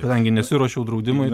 kadangi nesiruošiau draudimui